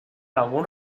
alguns